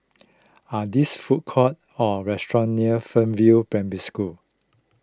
are there food courts or restaurants near Fernvale Primary School